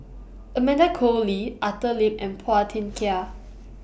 Amanda Koe Lee Arthur Lim and Phua Thin Kiay